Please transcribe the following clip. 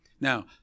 Now